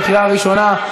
בקריאה ראשונה.